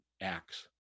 acts